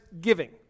giving